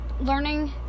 learning